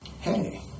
Hey